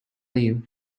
you